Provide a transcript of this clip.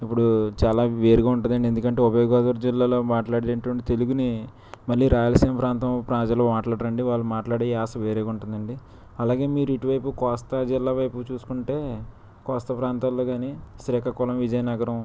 ఇప్పుడు చాలా వేరుగా ఉంటుంది ఎందుకంటే ఉభయ గోదావరి జిల్లాలో మాట్లాడేటటువంటి తెలుగుని మళ్ళీ రాయలసీమ ప్రాంతం ప్రజలు మాట్లాడతారు అండి వాళ్ళు మాట్లాడే యాస వేరేగా ఉంటుంది అండి అలాగే మీరు ఇటువైపు కోస్తా జిల్లా వైపు చూసుకుంటే కోస్తా ప్రాంతాలలో కానీ శ్రీకాకుళం విజయనగరం